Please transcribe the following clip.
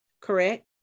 correct